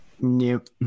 Nope